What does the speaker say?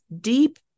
deep